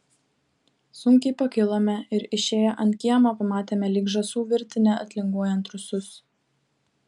sunkiai pakilome ir išėję ant kiemo pamatėme lyg žąsų virtinę atlinguojant rusus